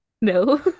no